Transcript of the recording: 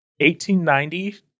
1890